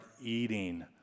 eating